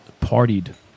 partied